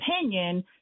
opinion